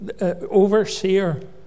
Overseer